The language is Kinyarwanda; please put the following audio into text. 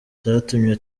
zatumye